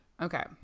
Okay